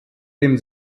dem